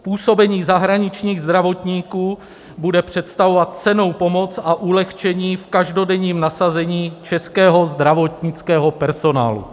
Působení zahraničních zdravotníků bude představovat cennou pomoc a ulehčení v každodenním nasazení českého zdravotnického personálu.